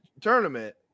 tournament